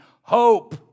hope